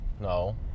No